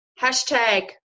hashtag